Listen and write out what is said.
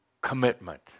commitment